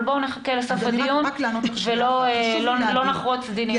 אבל בואו נחכה לסוף הדיון ולא נחרוץ דינים עכשיו.